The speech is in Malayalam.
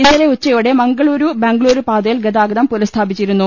ഇന്നലെ ഉച്ചയോടെ മംഗളുരു ബംഗ ളുരു പാതയിൽ ഗ്താഗത്തം പുനഃസ്ഥാപിച്ചിരുന്നു